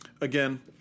Again